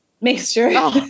mixture